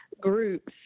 groups